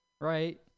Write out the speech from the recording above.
right